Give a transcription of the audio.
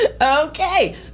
Okay